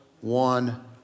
one